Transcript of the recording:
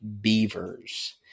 Beavers